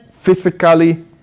physically